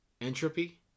Entropy